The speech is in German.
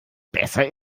besser